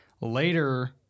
Later